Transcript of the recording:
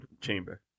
chamber